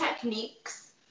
techniques